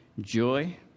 joy